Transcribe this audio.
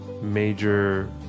major